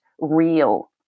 real